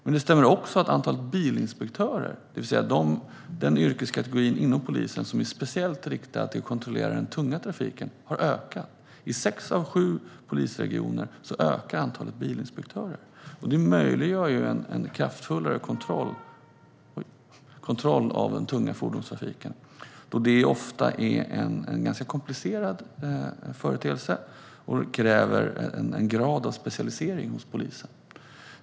Men det stämmer också att antalet bilinspektörer, alltså den yrkeskategori inom polisen som är speciellt inriktad på att kontrollera den tunga trafiken, har ökat. I sex av sju polisregioner ökar antalet bilinspektörer, vilket möjliggör en mer kraftfull kontroll av den tunga fordonstrafiken, då detta ofta är en ganska komplicerad företeelse som kräver en grad av specialisering hos polisen.